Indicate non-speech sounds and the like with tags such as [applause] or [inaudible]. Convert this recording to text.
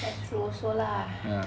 [breath] that's true also lah